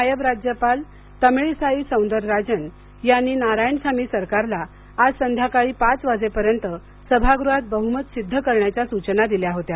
नायब राज्यपाल तामिळीसाई सौंदरराजन यांनी नारायणसामी सरकारला आज संध्याकाळी पाच वाजेपर्यंत सभागृहात बहुमत सिद्ध करण्याच्या सूचना दिल्या होत्या